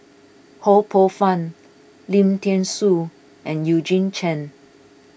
Ho Poh Fun Lim thean Soo and Eugene Chen